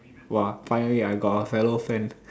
!wah! finally I got a fellow friend